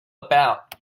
about